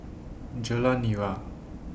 Jalan Nira